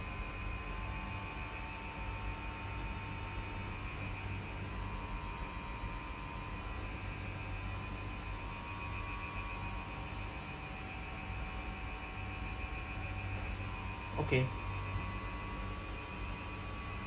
okay